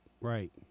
right